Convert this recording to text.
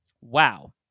Wow